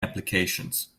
applications